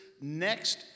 next